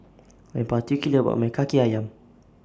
I'm particular about My Kaki Ayam